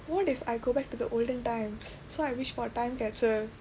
what if I go back to the olden times so I wished for a time capsule